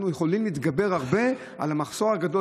אנחנו יכולים להתגבר על המחסור הגדול